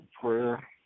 prayer